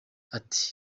ati